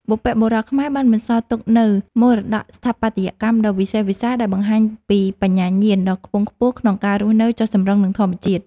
បុព្វបុរសខ្មែរបានបន្សល់ទុកនូវមរតកស្ថាបត្យកម្មដ៏វិសេសវិសាល ដែលបង្ហាញពីបញ្ញាញាណដ៏ខ្ពង់ខ្ពស់ក្នុងការរស់នៅចុះសម្រុងនឹងធម្មជាតិ។